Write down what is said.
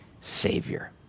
savior